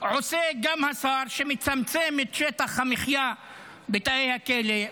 עושה גם השר שמצמצם את שטח המחיה בתאי הכלא,